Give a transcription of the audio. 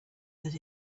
that